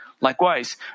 Likewise